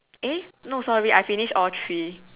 eh no sorry I finish all three